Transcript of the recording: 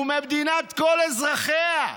ומדינת כל אזרחיה.